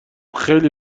خیلی